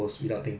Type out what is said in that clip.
对 lor